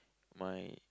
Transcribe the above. my